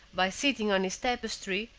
by sitting on his tapestry,